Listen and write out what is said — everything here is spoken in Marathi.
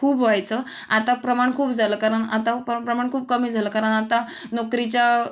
खूप व्हायचं आता प्रमाण खूप झालं कारण आता प्र प्रमाण खूप कमी झालं कारण आता नोकरीच्या